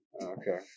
Okay